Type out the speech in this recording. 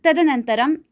तदनन्तरम्